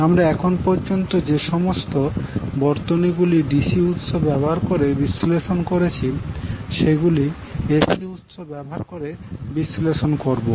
আমরা এখন পর্যন্ত যে সমস্ত বর্তনী গুলি ডিসি উৎস ব্যবহার করে বিশ্লেষণ করেছি সেগুলি এসি উৎস ব্যবহার করে বিশ্লেষণ করবো